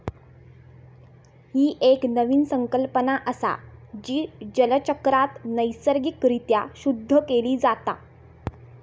ही एक नवीन संकल्पना असा, जी जलचक्रात नैसर्गिक रित्या शुद्ध केली जाता